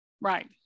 Right